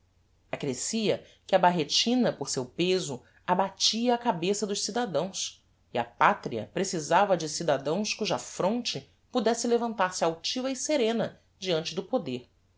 maneiro accrescia que a barretina por seu peso abatia a cabeça dos cidadãos e a patria precisava de cidadãos cuja fronte pudesse levantar-se altiva e serena diante do poder